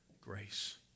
grace